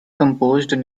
composed